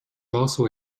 also